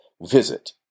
Visit